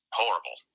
horrible